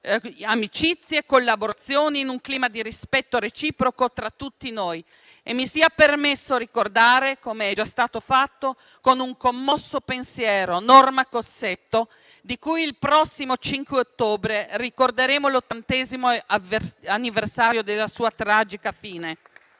amicizie e collaborazioni, in un clima di rispetto reciproco tra tutti noi. E mi sia permesso ricordare - come è già stato fatto - con un commosso pensiero Norma Cossetto, di cui il prossimo 5 ottobre ricorderemo l'ottantesimo anniversario della tragica fine.